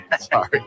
Sorry